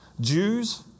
Jews